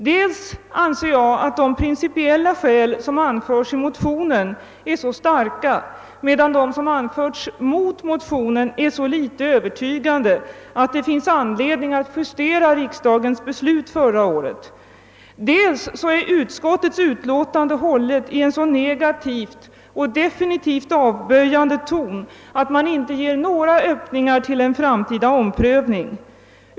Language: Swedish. Jag anser dels att de principiella skäl som anförs i motionen är så starka medan de som anförs mot den är så föga övertygande att det finns anledning att justera riksdagens beslut förra året, dels att utskottsutlåtandet är hållet i en så negativ och definitivt avböjande ton, att det inte ges några öppningar till en framtida omprövning.